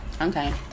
Okay